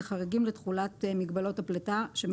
מדובר בחריגים לתכולת מגבלות הפליטה כפי